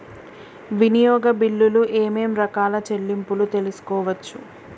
వినియోగ బిల్లులు ఏమేం రకాల చెల్లింపులు తీసుకోవచ్చు?